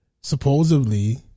supposedly